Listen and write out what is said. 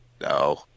No